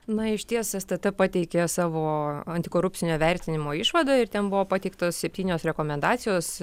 na išties stt pateikė savo antikorupcinio vertinimo išvadą ir ten buvo pateiktos septynios rekomendacijos